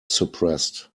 suppressed